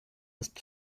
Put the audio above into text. ist